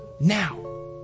Now